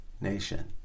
nation